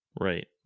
Right